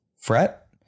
fret